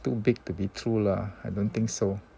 too big to be true lah I don't think so